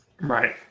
Right